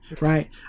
Right